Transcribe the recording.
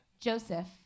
Joseph